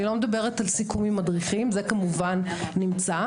אני לא מדברת על סיכום עם מדריכים, זה כמובן נמצא.